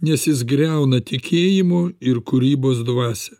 nes jis griauna tikėjimo ir kūrybos dvasią